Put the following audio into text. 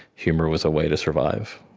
humor was a way to survive,